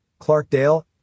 Clarkdale